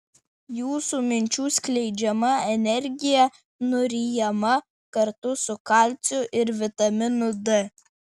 jūsų minčių skleidžiama energija nuryjama kartu su kalciu ir vitaminu d